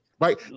Right